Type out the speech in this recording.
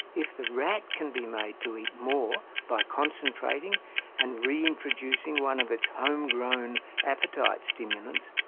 if the rat can be made to eat more by concentrating and reintroducing one of its home-grown appetite stimulants,